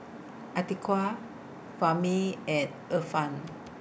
Atiqah Fahmi and Irfan